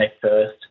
first